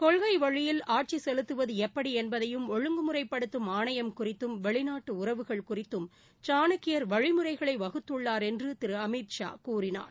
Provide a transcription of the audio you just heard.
கொள்கை வழியில் ஆட்சி செலுத்துவது எப்படி என்பதையும் ஒழுங்குமுறைப்படுத்தும் ஆணையம் குறித்தும் வெளிநாட்டு உறவுகள் குறித்தும் சாணக்கியர் வழிமுறைகளை வகுத்துள்ளார் என்று திரு அமித் ஷா கூறினார்